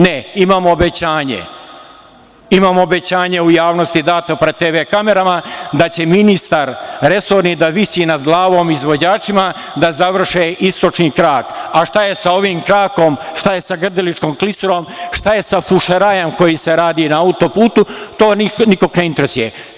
Ne, imamo obećanje, imamo obećanje u javnosti, dato pred TV kamerama, da će ministar resorni da visi nad glavom izvođačima da završe istočni krak, a šta je sa ovim krakom, šta je se Grdeličkom klisurom, šta je sa fušerajem koji se radi na auto-putu, to nikog ne interesuje.